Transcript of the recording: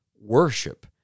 worship